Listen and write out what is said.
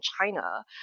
China